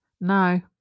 No